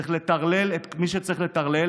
צריך לטרלל את מי שצריך לטרלל,